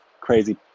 crazy